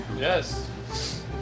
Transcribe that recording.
Yes